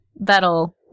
That'll